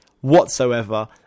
whatsoever